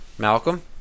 Malcolm